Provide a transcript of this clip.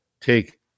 take